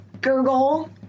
gurgle